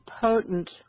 potent